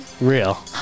Real